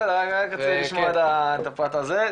בסדר אני רק רציתי לשמוע את הפרט הזה,